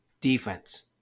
defense